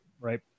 right